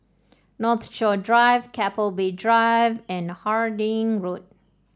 Northshore Drive Keppel Bay Drive and Harding Road